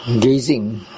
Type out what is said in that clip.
gazing